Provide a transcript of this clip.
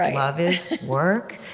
love is work.